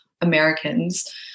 Americans